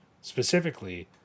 specifically